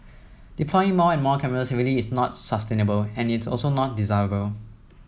deploying more and more cameras really is not sustainable and it is also not desirable